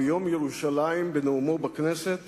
בנאומו בכנסת